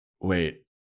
wait